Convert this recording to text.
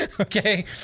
okay